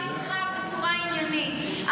נתראיין יחד סביב לשולחן, בצורה עניינית.